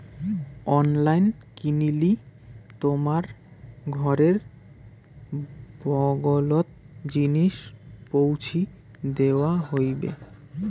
online কিনলি তোমার ঘরের বগলোত জিনিস পৌঁছি দ্যাওয়া হইবে